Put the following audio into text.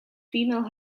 female